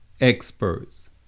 experts